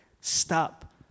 stop